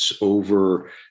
over